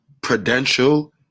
Prudential